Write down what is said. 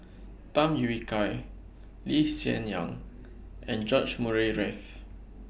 Tham Yui Kai Lee Hsien Yang and George Murray Reith